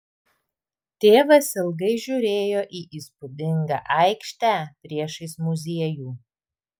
tėvas ilgai žiūrėjo į įspūdingą aikštę priešais muziejų